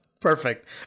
perfect